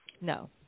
no